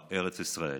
בארץ ישראל.